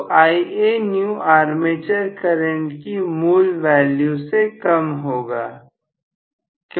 तो Ianew armature current की मूल वैल्यू से कम होगा